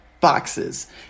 boxes